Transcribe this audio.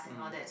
mm